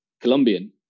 Colombian